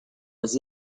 was